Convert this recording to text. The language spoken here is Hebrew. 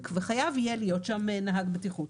וחייב יהיה להיות שם נהג בטיחות.